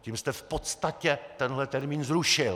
Tím jste v podstatě tenhle termín zrušil!